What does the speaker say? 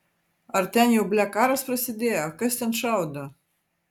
ar ten jau ble karas prasidėjo kas ten šaudo